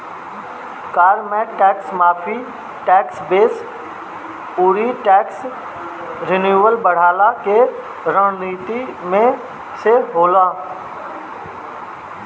कर में टेक्स माफ़ी, टेक्स बेस अउरी टेक्स रेवन्यू बढ़वला के रणनीति में से हवे